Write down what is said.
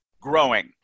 growing